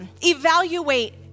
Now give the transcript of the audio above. evaluate